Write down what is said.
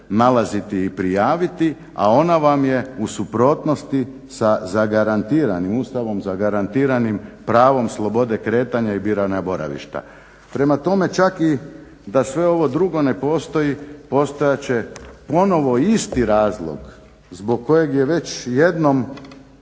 nalaziti i prijaviti, a ona vam je u suprotnosti sa Ustavom zagarantiranim pravom slobode kretanja i biranja boravišta. Prema tome čak i da sve ovo drugo ne postoji postojat će ponovno isti razlog zbog kojeg je već jednom